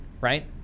right